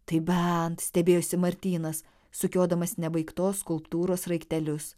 taip bent stebėjosi martynas sukiodamas nebaigtos skulptūros sraigtelius